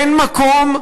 אין מקום,